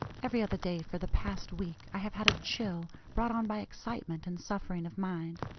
every other day, for the past week, i have had a chill, brought on by excitement and suffering of mind.